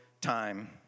time